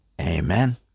Amen